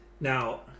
Now